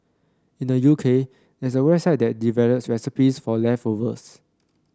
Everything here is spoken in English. in the U K there's a website that develops recipes for leftovers